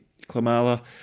Klamala